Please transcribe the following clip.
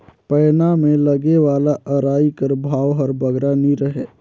पैना मे लगे वाला अरई कर भाव हर बगरा नी रहें